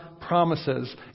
promises